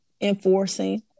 enforcing